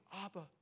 Abba